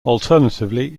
alternatively